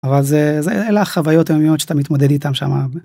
אבל זה אלה החוויות היומיות שאתה מתמודד איתם שמה.